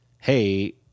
Hey